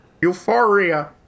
euphoria